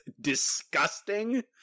disgusting